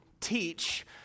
teach